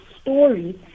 stories